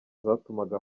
zatumaga